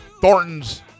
Thornton's